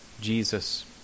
Jesus